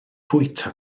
fwyta